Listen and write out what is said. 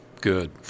good